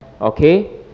okay